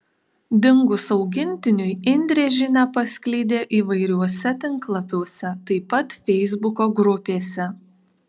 dingus augintiniui indrė žinią paskleidė įvairiuose tinklapiuose taip pat feisbuko grupėse